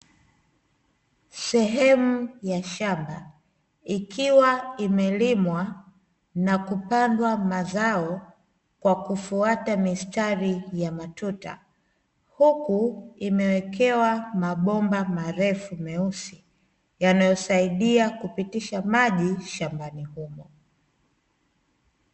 Sehemu ya shamba ikiwa imelimwa na kupandwa mazao kwa kufuata mistari ya matuta, huku imeekewa mabomba marefu meusi yanayosaidia kupitisha maji shambani humo.